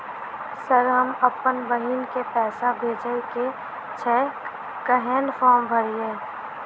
Sir हम अप्पन बहिन केँ पैसा भेजय केँ छै कहैन फार्म भरीय?